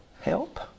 Help